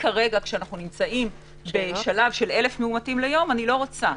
כשאנחנו בשלב של אלף מאומתים ביום, אני לא רוצה.